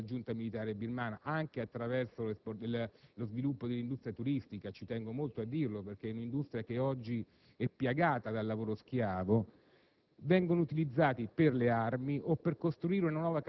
Invece i fondi che arrivano alla giunta militare birmana anche dallo sviluppo dell'industria turistica (ci tengo molto a dirlo perché è un'industria che oggi è piagata dal lavoro schiavo)